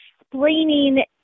explaining